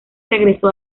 regresó